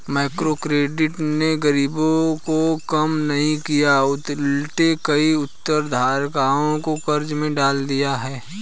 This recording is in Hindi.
माइक्रोक्रेडिट ने गरीबी को कम नहीं किया उलटे कई उधारकर्ताओं को कर्ज में डाल दिया है